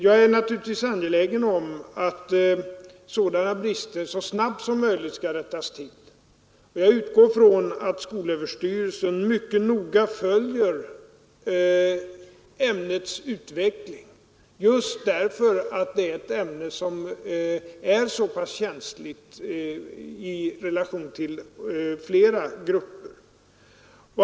Jag är naturligtvis angelägen om att sådana brister så snabbt som möjligt skall rättas till, och jag utgår från att skolöverstyrelsen mycket noga följer ämnets utveckling just därför att det är ett så pass känsligt ämne i relation till flera grupper.